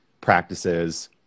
practices